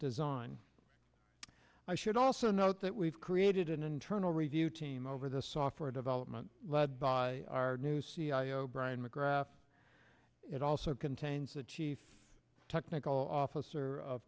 design i should also note that we've created an internal review team over the software development led by our new c e o brian mcgrath it also contains the chief technical officer of